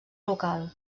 local